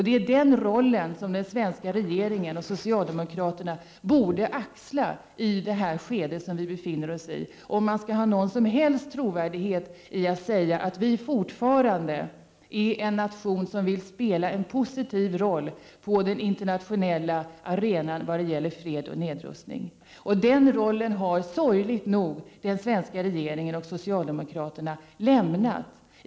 Det är den rollen som den svenska regeringen och socialdemokraterna borde ta på sig i det skede vi nu befinner oss i, om Sverige fortfarande skall ha någon som helst trovärdighet när vi säger att vi fortfarande är en nation som vill spela en positiv roll på den internationella arenan när det gäller fred och nedrustning. Den rollen har sorgligt nog den svenska regeringen och socialdemokraterna lämnat.